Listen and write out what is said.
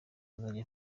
azajya